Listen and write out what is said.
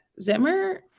Zimmer